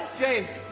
james